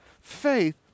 Faith